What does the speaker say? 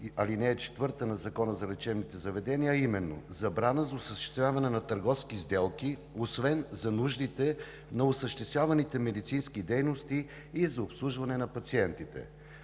чл. 3, ал. 4 на Закона за лечебните заведения, а именно: забрана за осъществяване на търговски сделки, освен за нуждите на осъществяваните медицински дейности и за обслужване на пациентите.